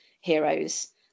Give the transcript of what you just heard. heroes